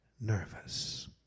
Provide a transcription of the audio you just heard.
nervous